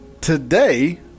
today